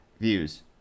views